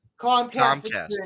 Comcast